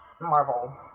marvel